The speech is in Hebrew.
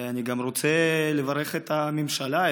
אני גם רוצה לברך את הממשלה,